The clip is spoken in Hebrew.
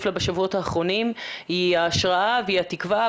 לה בשבועות האחרונים היא ההשראה והתקווה,